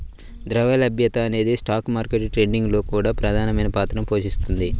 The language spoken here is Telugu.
ద్రవ్య లభ్యత అనేది స్టాక్ మార్కెట్ ట్రేడింగ్ లో కూడా ప్రధానమైన పాత్రని పోషిస్తుంది